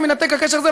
אם יינתק הקשר הזה.